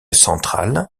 central